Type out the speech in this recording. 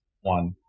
one